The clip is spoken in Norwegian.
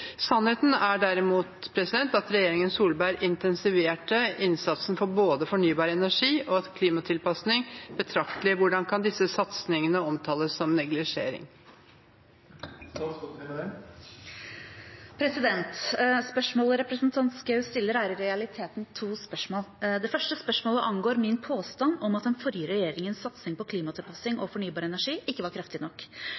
Sannheten er at regjeringen Solberg intensiverte derimot innsatsen til både fornybar energi og klimatilpasning betraktelig. Hvordan kan disse satsingene omtales som «neglisjering»?» Spørsmålet representanten Schou stiller, er i realiteten to spørsmål. Det første spørsmålet angår min påstand om at den forrige regjeringens satsing på klimatilpassing